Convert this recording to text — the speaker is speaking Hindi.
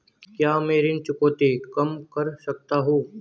क्या मैं ऋण चुकौती कम कर सकता हूँ?